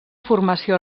formació